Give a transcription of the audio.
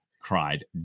cried